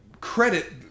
credit